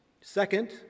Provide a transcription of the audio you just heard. Second